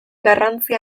garrantzi